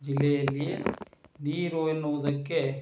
ಜಿಲ್ಲೆಯಲ್ಲಿ ನೀರು ಎನ್ನುವುದಕ್ಕೆ